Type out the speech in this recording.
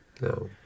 No